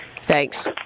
Thanks